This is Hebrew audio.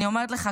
אני אומרת לך,